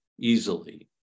easily